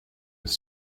with